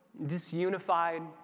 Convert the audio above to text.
disunified